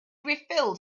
refilled